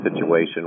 situation